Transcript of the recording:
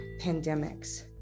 Pandemics